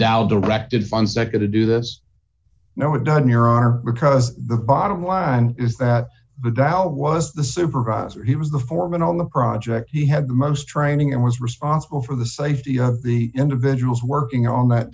dow directed funds that go to do this now we've done your honor because the bottom line is that the doubt was the supervisor he was the foreman on the project he had most training and was responsible for the safety of the individuals working on that